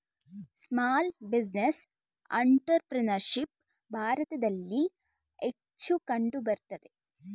small business entrepreneurship ಭಾರತದಲ್ಲಿ ಹೆಚ್ಚು ಕಂಡುಬರುತ್ತದೆ